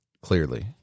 Clearly